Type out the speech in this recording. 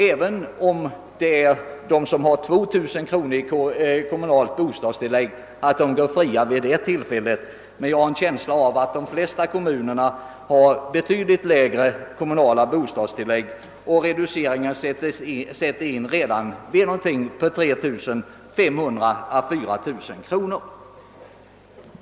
Det är möjligt att de som har 2 000 kronor i kommunalt bostadstillägg går fria vid det tillfället, men jag har intrycket att de flesta kommuner har betydligt lägre kommunala bostadstillägg och att reduceringen sätter in redan vid cirka 3 500 å 4 000 kronor.